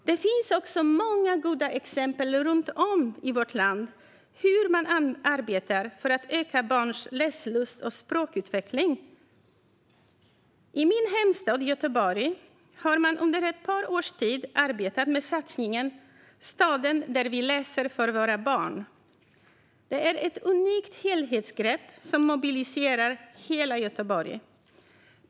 Det finns många goda exempel runt om i vårt land på hur man arbetar för att öka barns läslust och språkutveckling. I min hemstad Göteborg har man under ett par års tid arbetat med satsningen Staden där vi läser för våra barn. Det är ett unikt helhetsgrepp som mobiliserar hela Göteborg.